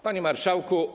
Panie Marszałku!